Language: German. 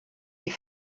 die